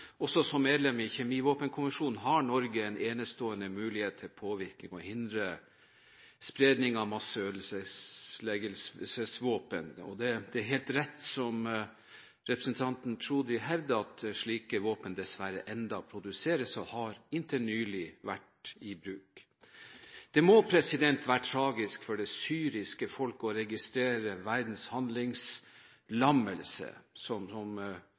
Som medlem av Kjemivåpenkonvensjonen har også Norge en enestående mulighet til å påvirke og hindre spredning av masseødeleggelsesvåpen. Det er helt rett, som representanten Chaudhry hevder, at slike våpen dessverre ennå produseres, og de har inntil nylig vært i bruk. Det må være tragisk for det syriske folket å registrere verdens handlingslammelse – som utenriksministeren definerte som